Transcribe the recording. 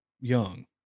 young